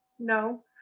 No